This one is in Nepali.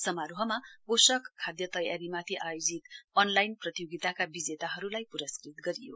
समारोहमा पोषक खाद्य तयारीमाथि आयोजित अनलाइन प्रतियोगिताका विजेताहरूलाई पुरस्कृत गरियो